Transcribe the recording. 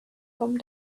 come